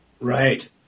Right